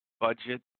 budget